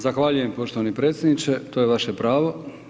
Zahvaljujem poštovani predsjedniče, to je vaše pravo.